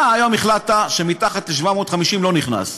אתה היום החלטת שמתחת ל-750 לא נכנס,